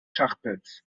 schachbretts